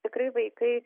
tikrai vaikai